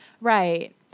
Right